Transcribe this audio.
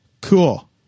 cool